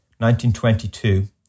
1922